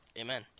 Amen